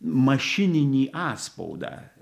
mašininį atspaudą